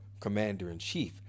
commander-in-chief